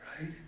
Right